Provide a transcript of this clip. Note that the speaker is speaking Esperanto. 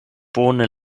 bone